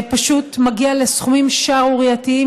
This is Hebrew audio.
מגיע פשוט מגיע לסכומים שערורייתיים,